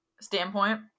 standpoint